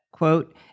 quote